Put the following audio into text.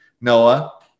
Noah